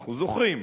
אנחנו זוכרים.